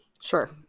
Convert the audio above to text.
Sure